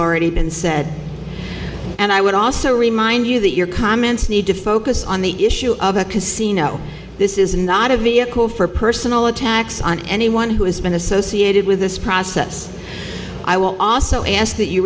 already been said and i would also remind you that your comments need to focus on the issue of a casino this is not a vehicle for personal attacks on anyone who has been associated with this process i will also ask that you